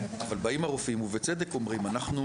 אבל באים הרופאים ובצדק אומרים שאנחנו